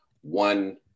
one